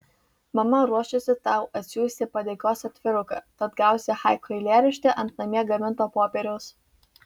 mama ruošiasi tau atsiųsti padėkos atviruką tad gausi haiku eilėraštį ant namie gaminto popieriaus